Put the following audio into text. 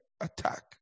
attack